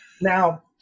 Now